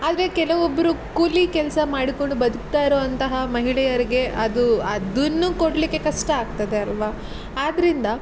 ಆದರೆ ಕೆಲವೊಬ್ರು ಕೂಲಿ ಕೆಲಸ ಮಾಡಿಕೊಂಡು ಬದುಕ್ತಾ ಇರೋಂತಹ ಮಹಿಳೆಯರಿಗೆ ಅದು ಅದನ್ನೂ ಕೊಡಲಿಕ್ಕೆ ಕಷ್ಟ ಆಗ್ತದೆ ಅಲ್ಲವಾ ಆದ್ದರಿಂದ